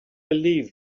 believe